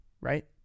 Right